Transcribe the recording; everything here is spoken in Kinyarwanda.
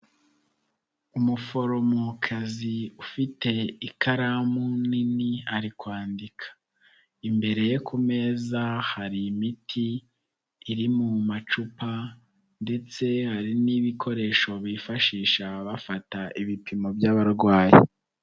Umuforomokazi ufite ikaramu nini ari kwandika, imbere ye ku meza hari imiti iri mu macupa ndetse hari n'ibikoresho bifashisha bafata ibipimo by'abarwayi.